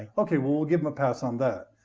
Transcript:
okay, we'll we'll give him a pass on that.